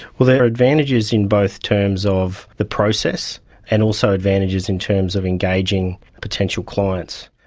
well, there are advantages in both terms of the process and also advantages in terms of engaging potential clients.